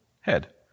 head